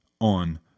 on